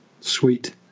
sweet